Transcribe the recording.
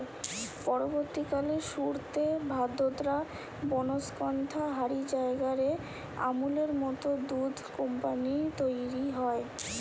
পরবর্তীকালে সুরতে, ভাদোদরা, বনস্কন্থা হারি জায়গা রে আমূলের মত দুধ কম্পানী তইরি হয়